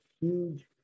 huge